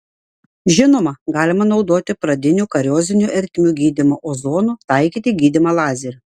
žinoma galima naudoti pradinių kariozinių ertmių gydymą ozonu taikyti gydymą lazeriu